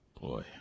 Boy